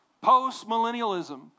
Post-millennialism